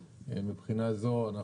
מבחינה זו אנחנו